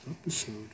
episode